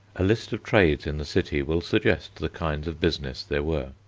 a list of trades in the city will suggest the kinds of business there were.